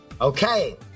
okay